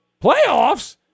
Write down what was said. Playoffs